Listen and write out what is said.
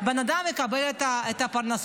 הבן-אדם לא יקבל את פרנסתו.